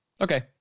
Okay